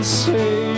say